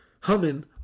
humming